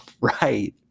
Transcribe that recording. right